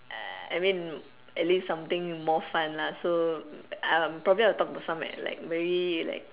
uh I mean at least something more fun lah so uh probably I'll talk about some like very like